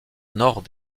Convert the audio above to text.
nord